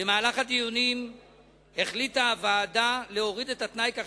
במהלך הדיונים החליטה הוועדה להוריד את התנאי כך